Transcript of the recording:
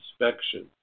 inspection